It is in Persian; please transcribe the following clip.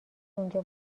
اونجا